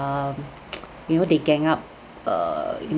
um you know they gang up err